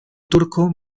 turco